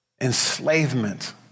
enslavement